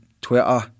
Twitter